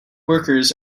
workers